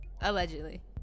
Allegedly